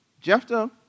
Jephthah